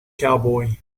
cowboy